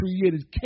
created